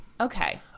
Okay